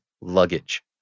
luggage